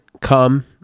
come